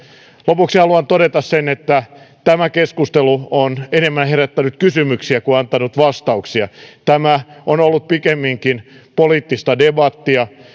lopuksi haluan todeta sen että tämä keskustelu on enemmän herättänyt kysymyksiä kuin antanut vastauksia tämä on ollut pikemminkin poliittista debattia